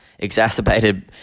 exacerbated